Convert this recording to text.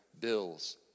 bills